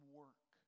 work